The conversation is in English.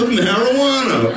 marijuana